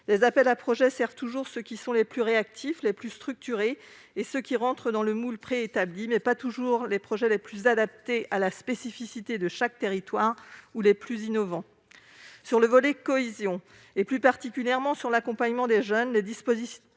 Les appels à projets servent toujours ceux qui sont les plus réactifs ou les plus structurés et ceux qui entrent dans le moule préétabli, mais pas toujours les projets les plus adaptés à la spécificité de chaque territoire ou les plus innovants. Sur le volet cohésion, plus particulièrement sur l'accompagnement des jeunes, les mesures sont